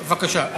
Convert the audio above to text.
בבקשה.